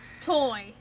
toy